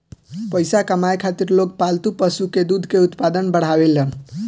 पइसा कमाए खातिर लोग पालतू पशु के दूध के उत्पादन बढ़ावेलन